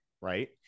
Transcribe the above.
Right